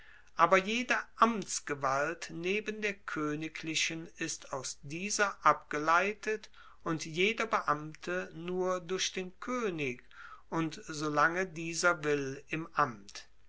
aber jede amtsgewalt neben der koeniglichen ist aus dieser abgeleitet und jeder beamte nur durch den koenig und so lange dieser will im amt